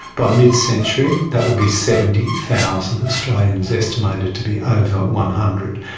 by mid-century that will be seventy thousand australians estimated to be ah over one hundred.